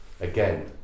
again